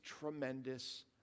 tremendous